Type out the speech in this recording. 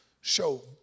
show